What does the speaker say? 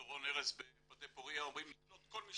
וד"ר רון ארז בפוריה, רוצים לקלוט כל מי